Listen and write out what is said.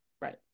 Right